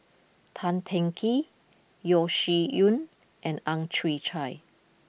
Tan Teng Kee Yeo Shih Yun and Ang Chwee Chai